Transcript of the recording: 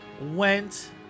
went